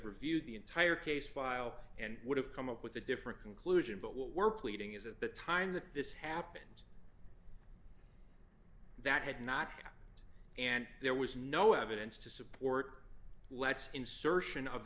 reviewed the entire case file and would have come up with a different conclusion but what we're pleading is at the time that this happened that had not and there was no evidence to support let's insertion of